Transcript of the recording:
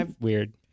weird